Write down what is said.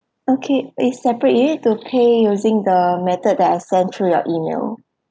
okay is separate it to pay using the method that I sent through your email